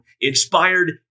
inspired